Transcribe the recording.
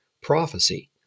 prophecy